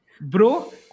Bro